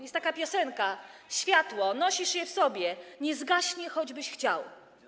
Jest taka piosenka: „Światło, nosisz je w sobie, nie zgaśnie, choćbyś chciał”